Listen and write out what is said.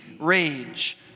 rage